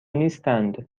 نیستند